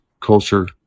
culture